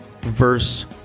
verse